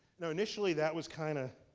now, initially, that was kinda